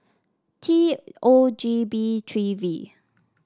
T O G B three V